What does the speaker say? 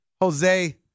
Jose